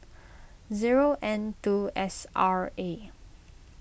zero N two S R A